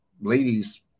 ladies